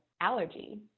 allergy